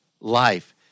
life